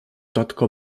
tatko